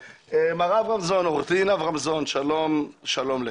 עורך הדין אברמזון שלום לך.